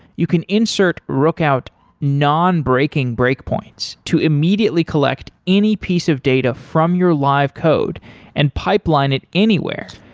you can insert rookout non-breaking breakpoints to immediately collect any piece of data from your live code and pipeline it anywhere.